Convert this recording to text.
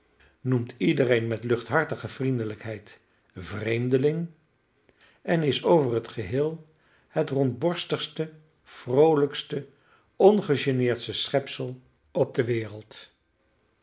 longen noemt iedereen met luchthartige vriendelijkheid vreemdeling en is over het geheel het rondborstigste vroolijkste ongegeneerdste schepsel op de wereld